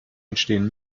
entstehen